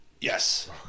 Yes